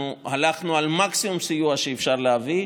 אנחנו הלכנו על מקסימום סיוע שאפשר להביא,